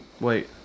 Wait